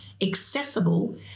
accessible